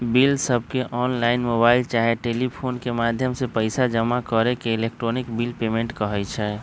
बिलसबके online, mobile चाहे telephone के माध्यम से पइसा जमा के इलेक्ट्रॉनिक बिल पेमेंट कहई छै